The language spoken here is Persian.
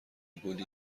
گلیه